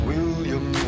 William